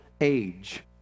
age